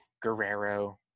Guerrero